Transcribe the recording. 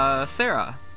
Sarah